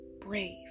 Brave